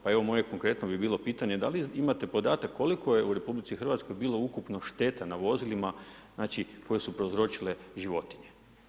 Pa evo moje konkretno bi bilo pitanje, da li imate podatak koliko je u RH bilo ukupno štete na vozilima, znači koje su prouzročile životinje?